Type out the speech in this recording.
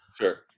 Sure